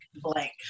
blank